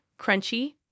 crunchy